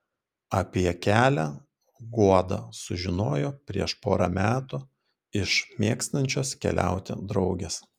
apie kelią guoda sužinojo prieš porą metų iš mėgstančios keliauti draugės